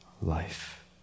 life